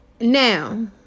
Now